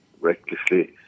recklessly